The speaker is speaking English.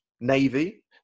navy